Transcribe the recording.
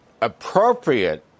appropriate